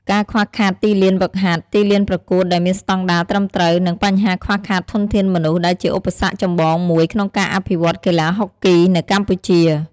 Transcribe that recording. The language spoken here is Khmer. ការខ្វះខាតទីលានហ្វឹកហាត់ ទីលានប្រកួតដែលមានស្ដង់ដារត្រឹមត្រូវ និងបញ្ហាខ្វះខាតធនធានមនុស្ស ដែលជាឧបសគ្គចម្បងមួយក្នុងការអភិវឌ្ឍន៍កីឡាហុកគី នៅកម្ពុជា។